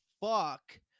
fuck